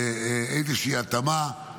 איזושהי התאמה.